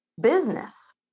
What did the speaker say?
business